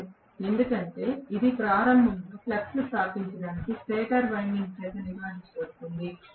అవును ఎందుకంటే ఇది ప్రారంభంలో ఫ్లక్స్ను స్థాపించడానికి స్టేటర్ వైండింగ్ చేత నిర్వహించబడుతుంది